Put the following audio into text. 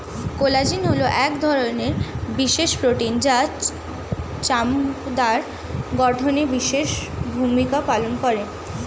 collagen হলো এক ধরনের বিশেষ প্রোটিন যা চামড়ার গঠনে বিশেষ ভূমিকা পালন করে